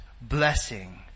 blessing